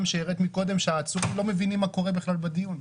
שהראית קודם שהעצורים לא מבינים מה קורה בכלל בדיון.